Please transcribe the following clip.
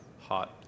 hot